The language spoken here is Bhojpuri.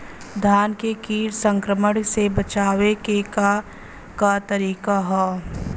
धान के कीट संक्रमण से बचावे क का तरीका ह?